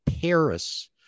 paris